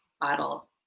bottle